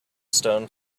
stone